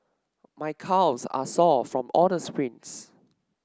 my calves are sore from all the sprints